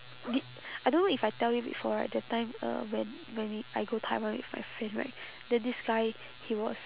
did I don't know if I tell you before right that time uh when when we I go taiwan with my friend right then this guy he was